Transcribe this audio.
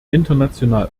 international